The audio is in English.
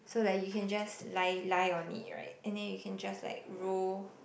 so like you can just lie lie on it right and then you can just like roll